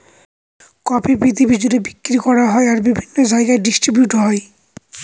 coffee পৃথিবী জুড়ে বিক্রি করা হয় আর বিভিন্ন জায়গায় ডিস্ট্রিবিউট হয়